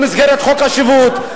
במסגרת חוק השבות,